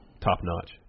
top-notch